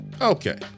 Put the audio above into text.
Okay